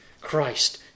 Christ